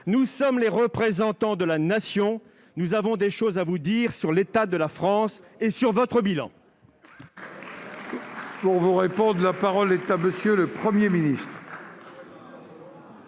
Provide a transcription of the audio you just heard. Nous sommes les représentants de la Nation. Nous avons des choses à vous dire sur l'état de la France et sur votre bilan.